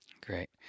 Great